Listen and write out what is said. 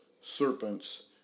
serpents